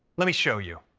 let me show you.